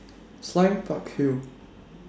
Sime Park Hill